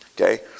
Okay